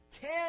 Ten